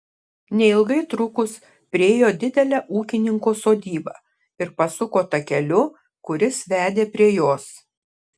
neilgai trukus priėjo didelę ūkininko sodybą ir pasuko takeliu kuris vedė prie jos